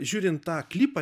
žiūrint tą klipą